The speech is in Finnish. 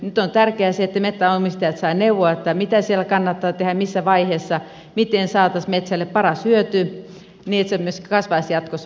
nyt on tärkeää se että metsänomistajat saavat neuvoja mitä siellä kannattaa tehdä missä vaiheessa miten saataisiin metsälle paras hyöty niin että se kasvaisi myöskin jatkossa mahdollisimman hyvin